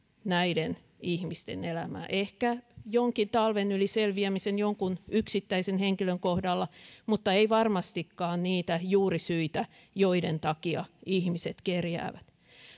näiden ihmisten elämää ehkä jonkin talven yli selviämisen jonkun yksittäisen henkilön kohdalla mutta ei varmastikaan niitä juurisyitä joiden takia ihmiset kerjäävät